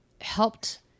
helped